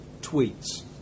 tweets